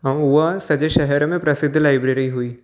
ऐं उहा सॼे शहर में प्रसिद्ध लाइब्रेरी हुई